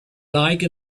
like